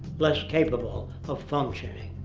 less capable of functioning.